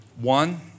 One